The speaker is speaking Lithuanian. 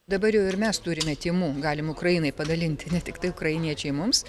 dabar jau ir mes turime tymų galim ukrainai padalinti ne tiktai ukrainiečiai mums